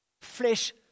flesh